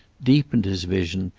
deepened his vision,